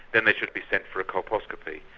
then they should be sent for a colposcopy.